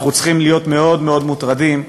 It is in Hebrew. אנחנו צריכים להיות מאוד מאוד מוטרדים,